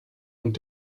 und